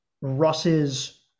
Russ's